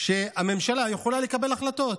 שהממשלה יכולה לקבל החלטות,